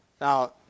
Now